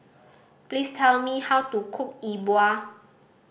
please tell me how to cook E Bua